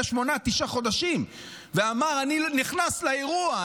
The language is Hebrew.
שמונה-תשעה חודשים ואמר: אני נכנס לאירוע,